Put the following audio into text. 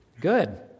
good